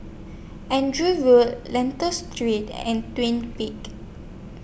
Andrew Road Lentor Street and Twin Peaks